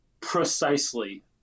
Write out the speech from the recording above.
precisely